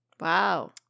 Wow